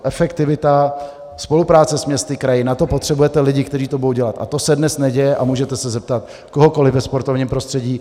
Efektivita, spolupráce s městy a kraji, na to potřebujete lidi, kteří to budou dělat, a to se dnes neděje a můžete se zeptat kohokoliv ve sportovním prostředí.